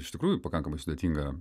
iš tikrųjų pakankamai sudėtinga